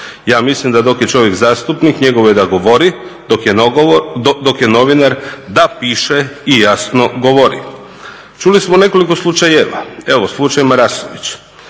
Ja mislim da dok je čovjek zastupnik njegovo je da govori, dok je novinar da piše i jasno govori. Čuli smo nekoliko slučajeva. Evo slučaj Marasović.